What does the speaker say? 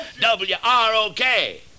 W-R-O-K